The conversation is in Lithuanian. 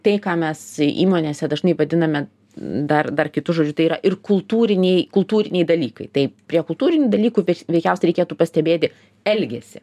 tai ką mes įmonėse dažnai vadiname dar dar kitu žodžiu tai yra ir kultūriniai kultūriniai dalykai tai prie kultūrinių dalykų bet veikiausiai reikėtų pastebėti elgesį